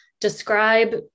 describe